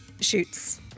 shoots